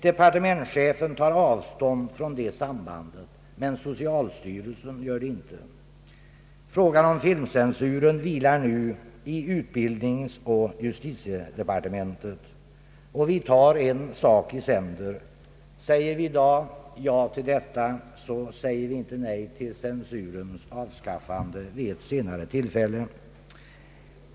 Departementschefen tar avstånd från det sambandet, men socialstyrelsen har en annan uppfattning. Frågan om filmcensuren vilar nu i utbildningsoch justitiedepartementen. Vi tar en sak i sänder! Säger man i dag ja till detta, säger man inte nej till censurens avskaffande vid ett senare tillfälle.